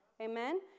Amen